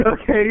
Okay